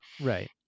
Right